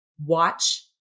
watch